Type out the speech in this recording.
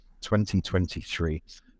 2023